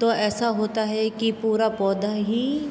तो ऐसा होता है कि पूरा पौधा ही